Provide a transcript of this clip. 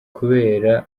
kubera